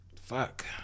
Fuck